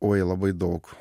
oi labai daug